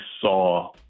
saw